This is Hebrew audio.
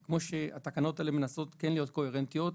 התקנות האלה מנסות להיות קוהרנטיות,